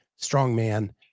strongman